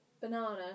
Banana